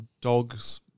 dogs